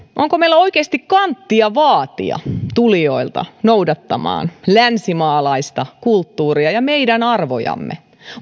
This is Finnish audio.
onko meillä oikeasti kanttia vaatia tulijoita noudattamaan länsimaalaista kulttuuria ja meidän arvojamme